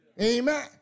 Amen